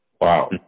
Wow